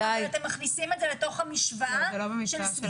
ואתם מכניסים את זה לתוך המשוואה של סגירת בתי ספר?